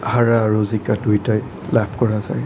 হৰা আৰু জিকা দুয়োটাই লাভ কৰা যায়